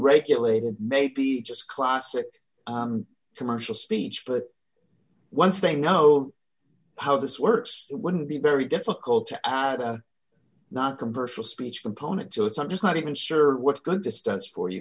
regulated may be just classic commercial speech but once they know how this works it wouldn't be very difficult to not commercial speech component to it i'm just not even sure what good distance for you